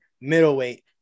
middleweight